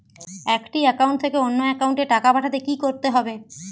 একটি একাউন্ট থেকে অন্য একাউন্টে টাকা পাঠাতে কি করতে হবে?